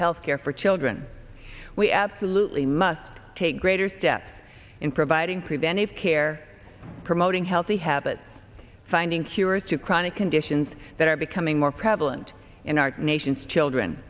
health care for children we absolutely must take greater steps in providing preventive care promoting healthy habits finding cures to chronic conditions that are becoming more prevalent in our nation's children